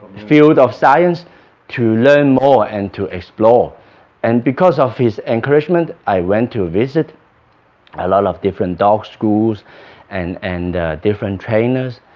field of science to learn more and to explore and because of his encouragement i went to visit a lot of different dog schools and and different trainers